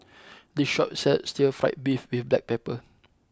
this shop sells Stir Fried Beef with Black Pepper